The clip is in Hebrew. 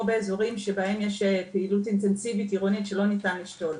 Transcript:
או באזורים שבהם יש פעילות אינטנסיבית עירונית שלא ניתן לשתול.